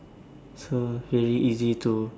so very easy to